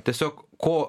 tiesiog ko